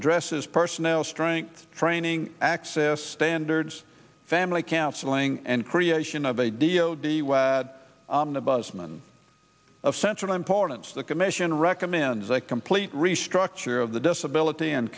addresses personnel strength training access standard family canceling and creation of a d o d was on the bus and of central importance the commission recommends a complete restructure of the disability and